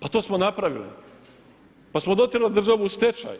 Pa to smo napravili pa smo dotjerali državu u stečaj,